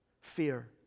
Fear